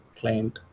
client